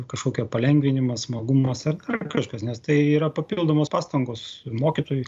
kažkokia palengvinimo smagumas ar kažkas nes tai yra papildomos pastangos mokytojų